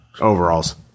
Overalls